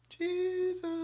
Jesus